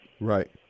Right